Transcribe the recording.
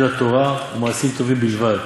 אלא תורה ומעשים טובים בלבד,